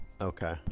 Okay